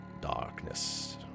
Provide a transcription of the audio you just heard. Darkness